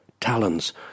Talons